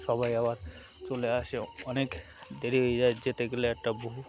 সবাই আবার চলে আসে অনেক দেরি হয়ে যায় যেতে গেলে একটা বহু